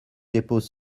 dépose